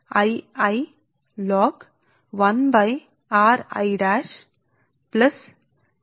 కాబట్టి ఈ సందర్భంలో ఈ సందర్భంలో కాబట్టి ఈ పరస్పర పదం మనం వ్రాస్తున్నది అదే వ్రాస్తున్నది D1 ఇవ్వబడింది